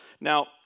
Now